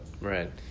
Right